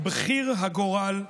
"בחיר הגורל",